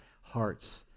hearts